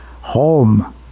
Home